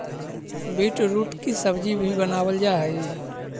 beetroot की सब्जी भी बनावाल जा हई